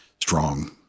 strong